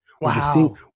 Wow